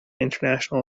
international